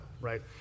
right